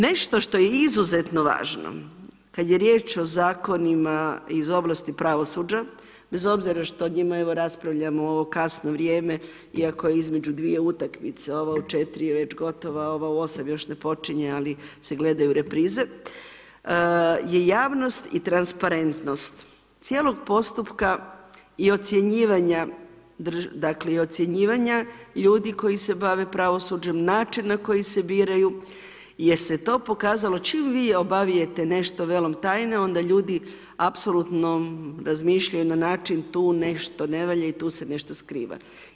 Nešto što je izuzetno važno, kada je riječ o zakonima iz ovlasti pravosuđa, bez obzira što o njima evo raspravljamo u ovo kasno vrijeme iako je između dvije utakmice, ova u 16h je već gotova a ova u 20h još ne počinje ali se gledaju reprize je javnost i transparentnost cijelog postupka i ocjenjivanja, dakle i ocjenjivanja ljudi koji se bave pravosuđem, način na koji se biraju jer se to pokazalo čim vi obavijate nešto velom tajne onda ljudi apsolutno razmišljaju na način tu nešto ne valja i tu se nešto skriva.